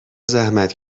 زحمت